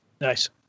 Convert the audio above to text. nice